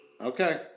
Okay